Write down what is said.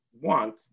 want